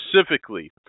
specifically